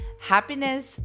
happiness